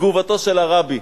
תגובתו של הרבי,